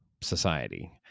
society